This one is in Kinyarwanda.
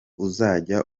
uzajya